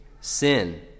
sin